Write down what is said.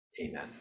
amen